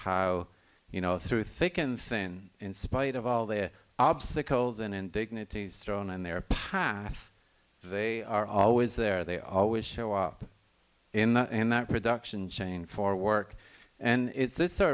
how you know through thick and thin in spite of all their obstacles and indignities thrown in their path they are always there they always show up in the in that production chain for work and it's this sort